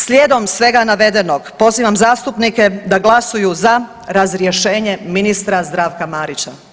Slijedom svega navedenog pozivam zastupnike da glasuju za razrješenje ministra Zdravka Marića.